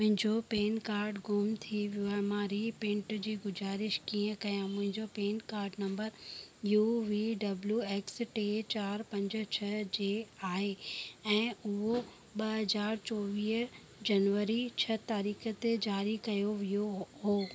मुंहिंजो pan card ग़ुम थी वियो आहे मां रीप्रिंट जी गुज़ारिश कीअं कया मुंहिंजो pan card number U V W X टे चारि पंज छह जे आहे ऐं उहो ॿ हज़ार चोवीह जनवरी छह तारीख़ ते जारी कयो वियो हो